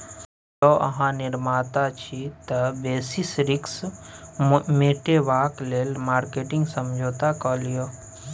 जौं अहाँ निर्माता छी तए बेसिस रिस्क मेटेबाक लेल मार्केटिंग समझौता कए लियौ